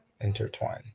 intertwine